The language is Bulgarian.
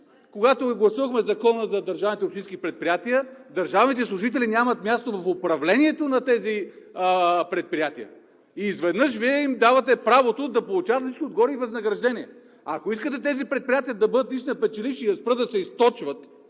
когато гласувахме Закона за държавните общински предприятия, държавните служителя нямат място в управлението на тези предприятия. Изведнъж Вие им давате правото да получат на всичкото отгоре и възнаграждение. Ако искате тези предприятия да бъдат наистина печеливши и да спрат да се източват,